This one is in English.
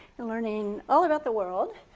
learning all about the world.